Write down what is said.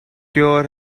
cure